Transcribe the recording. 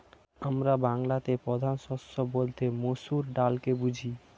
আমরা বাংলাতে প্রধান ফসল বলতে মসুর ডালকে বুঝি